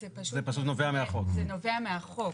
זה נובע מהחוק.